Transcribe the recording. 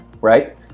right